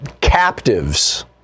captives